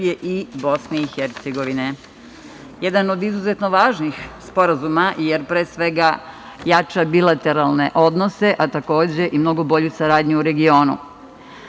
i Bosne i Hercegovine. Jedan od izuzetno važnih sporazuma, jer, pre svega jača bilateralne odnose, a takođe i mnogo bolju saradnju u regionu. Moram